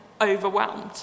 overwhelmed